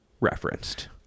referenced